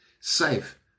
Safe